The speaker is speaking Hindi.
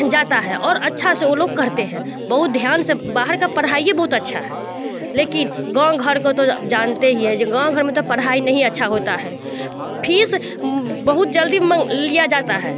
जाता है और अच्छा से वो लोग करते हैं बहुत ध्यान से बाहर की पढ़ाई ही बहुत अच्छी है लेकिन गाँव घर को तो जानते ही है कि गाँव घर में तो पढ़ाई नहीं अच्छी होती है फीस बहुत जल्दी मँग लिया जाता है